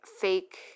fake